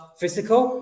physical